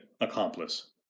accomplice